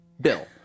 Bill